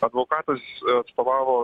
advokatas atstovavo